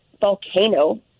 volcano